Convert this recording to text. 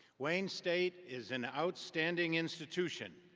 wayne state is an outstanding institution.